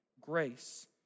Grace